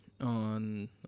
on